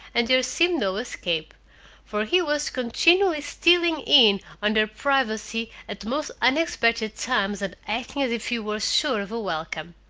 and there seemed no escape for he was continually stealing in on their privacy at the most unexpected times and acting as if he were sure of a welcome.